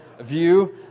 view